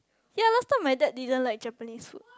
ye last time my dad didn't like Japanese food